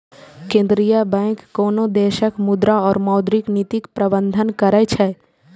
केंद्रीय बैंक कोनो देशक मुद्रा और मौद्रिक नीतिक प्रबंधन करै छै